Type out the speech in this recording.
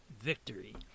victory